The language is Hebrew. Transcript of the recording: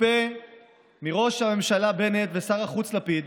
מצופה מראש הממשלה בנט ומשר החוץ לפיד